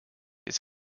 his